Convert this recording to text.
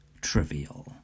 trivial